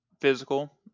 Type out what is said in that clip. physical